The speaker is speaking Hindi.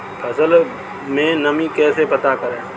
फसल में नमी कैसे पता करते हैं?